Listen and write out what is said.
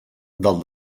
del